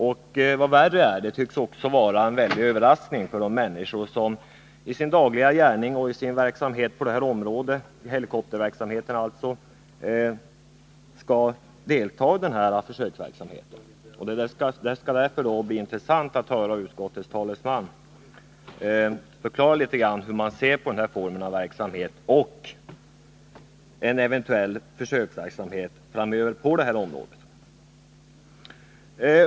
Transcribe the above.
Och vad värre är: det tycks också vara en väldig överraskning för de människor som i sin dagliga gärning och i sin verksamhet på detta område, dvs. helikopterverksamheten, skall delta i den här försöksverksamheten. Det skall därför bli intressant att höra utskottets talesman förklara litet grand hur man ser på den här formen av verksamhet och en eventuell försöksverksamhet framöver på detta område.